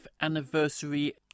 anniversary